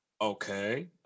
Okay